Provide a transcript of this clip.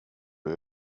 det